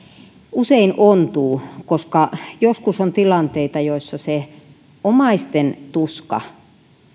usein ontuu koska joskus on tilanteita joissa se omaisten tuska